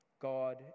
God